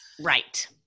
Right